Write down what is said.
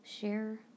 share